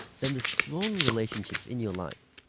than the strong relationships in your life.